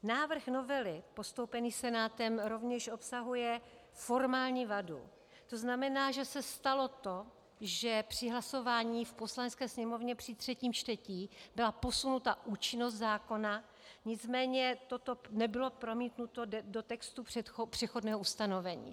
Návrh novely postoupený Senátem rovněž obsahuje formální vadu, to znamená, že se stalo to, že při hlasování v Poslanecké sněmovně při třetím čtení byla posunuta účinnost zákona, nicméně toto nebylo promítnuto do textu přechodného ustanovení.